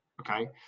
okay